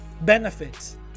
benefits